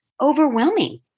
overwhelming